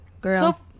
girl